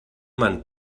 man